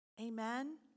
Amen